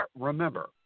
remember